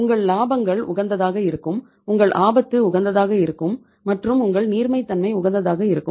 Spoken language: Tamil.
உங்கள் இலாபங்கள் உகந்ததாக இருக்கும் உங்கள் ஆபத்து உகந்ததாக இருக்கும் மற்றும் உங்கள் நீர்மைத்தன்மை உகந்ததாக இருக்கும்